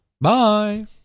Bye